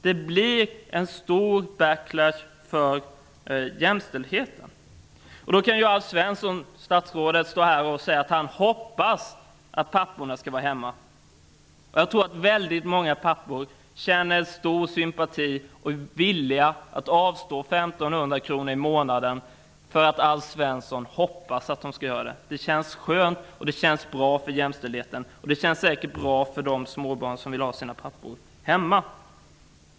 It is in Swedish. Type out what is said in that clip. Det blir en stor back-lash för jämställdheten. Statsrådet Alf Svensson kan säga att han hoppas att papporna skall vara hemma. Jag tror att väldigt många pappor känner en stor sympati och är villiga att ställa upp för att Alf Svensson hoppas att de skall göra det... Det känns skönt, och det känns bra för jämställdheten, och det känns säkert bra för de små barn som vill ha sina pappor hemma.